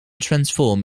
transform